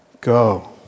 Go